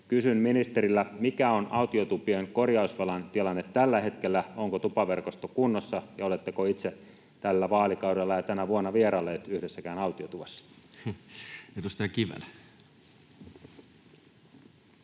Kysyn ministeriltä: mikä on autiotupien korjausvelan tilanne tällä hetkellä, onko tupaverkosto kunnossa ja oletteko itse tällä vaalikaudella ja tänä vuonna vieraillut yhdessäkään autiotuvassa? Edustaja Kivelä.